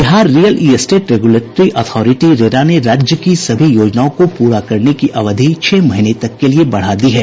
Bihar real estate regulatory authority RERA ने राज्य की सभी योजनाओं को पूरा करने की अवधि छह महीने के लिए बढ़ा दी है